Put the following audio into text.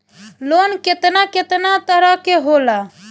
Loan केतना केतना तरह के होला?